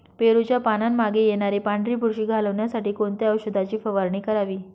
पेरूच्या पानांमागे येणारी पांढरी बुरशी घालवण्यासाठी कोणत्या औषधाची फवारणी करावी?